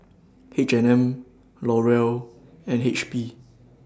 H and M L'Oreal and H P